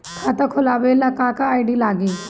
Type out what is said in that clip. खाता खोलाबे ला का का आइडी लागी?